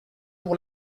pour